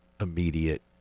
immediate